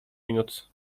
minut